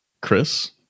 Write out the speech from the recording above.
Chris